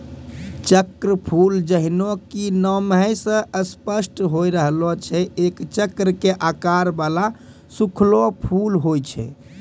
चक्रफूल जैन्हों कि नामै स स्पष्ट होय रहलो छै एक चक्र के आकार वाला सूखलो फूल होय छै